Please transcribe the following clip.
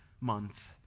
month